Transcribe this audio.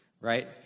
right